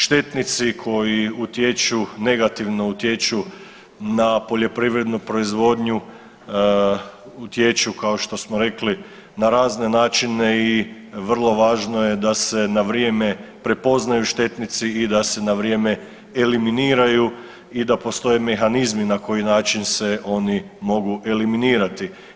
Štetnici koji utječu negativno, negativno utječu na poljoprivrednu proizvodnju utječu kao što smo rekli na razne načine i vrlo važno je da se na vrijeme prepoznaju štetnici i da se na vrijeme eliminiraju i da postoje mehanizmi na koji način se oni mogu eliminirati.